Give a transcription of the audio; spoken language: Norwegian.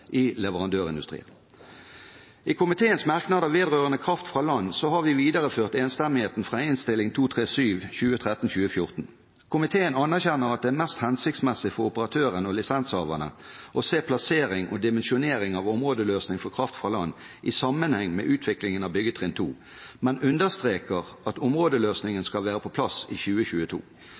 i leverandørindustrien. I komiteens merknader vedrørende kraft fra land har vi videreført enstemmigheten fra Innst. 237 S for 2013–2014. Komiteen anerkjenner at det er mest hensiktsmessig for operatøren og lisenshaverne å se plassering og dimensjonering av områdeløsning for kraft fra land i sammenheng med utviklingen av byggetrinn 2, men understreker at områdeløsningen skal være på plass i 2022.